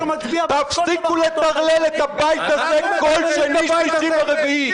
תפסיקו לטרלל את הבית זה כל שני, שלישי ורביעי.